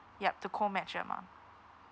yup to co match the amount